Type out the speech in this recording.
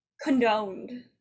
condoned